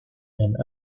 and